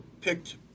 picked